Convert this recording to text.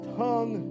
tongue